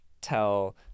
tell